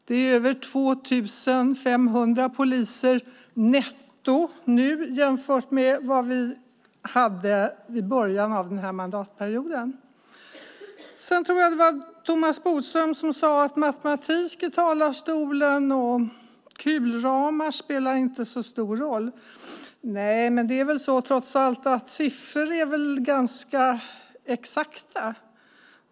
Det är nu över 2 500 poliser netto nu jämfört med vad vi hade i början av mandatperioden. Jag tror att det var Thomas Bodström som sade att matematik i talarstolen och kulramar inte spelar så stor roll. Nej, men trots allt är väl siffror ganska exakta.